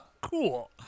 cool